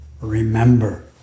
remember